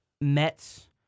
Mets